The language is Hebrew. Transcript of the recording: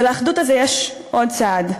ולאחדות הזאת יש עוד צד,